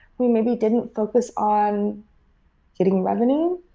we maybe didn't focus on getting revenue.